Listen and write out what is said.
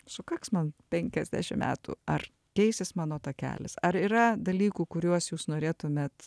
sukaks man penkiasdešim metų ar keisis mano takelis ar yra dalykų kuriuos jūs norėtumėt